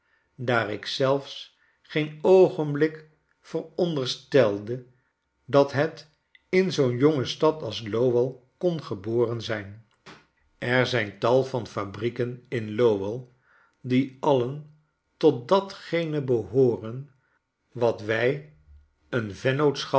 daar ik zelfs geen oogenblik veronderstelde